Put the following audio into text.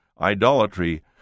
idolatry